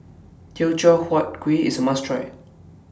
Teochew Huat Kuih IS A must Try